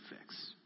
fix